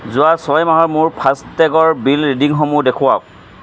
যোৱা ছয় মাহৰ মোৰ ফাষ্টটেগৰ বিল ৰিডিংসমূহ দেখুৱাওক